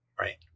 Right